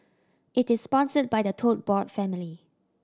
it is sponsored by the Tote Board family